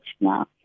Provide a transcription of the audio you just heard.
now